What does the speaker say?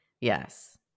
Yes